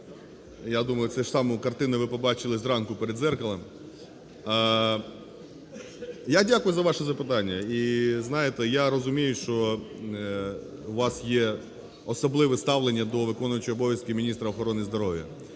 я думаю, цю ж саму картину ви побачили зранку перед дзеркалом. Я дякую за ваше запитання. І знаєте, я розумію, що у вас є особливе ставлення до виконуючого обов'язки міністра охорони здоров'я.